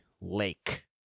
lake